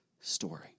story